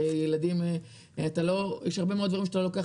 הרי יש הרבה מאוד דברים שאתה לא לוקח